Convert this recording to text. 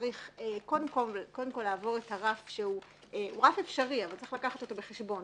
צריך קודם כל לעבור את הרף שהוא רף אפשרי אבל צריך לקחת אותו בחשבון,